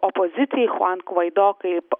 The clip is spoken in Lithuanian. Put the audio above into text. opozicijai chuan gvaido kaip